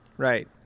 Right